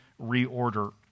reorder